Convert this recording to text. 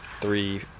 three